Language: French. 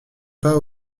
pas